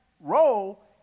role